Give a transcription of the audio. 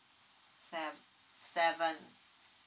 sev~ seven